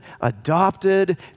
adopted